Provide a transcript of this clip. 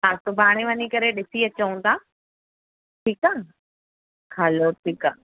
हा सुभाणे वञी करे ॾिसीं अचूं था ठीकु आहे हलो ठीकु आहे